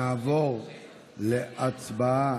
נעבור להצבעה.